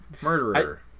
murderer